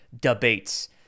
debates